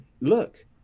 look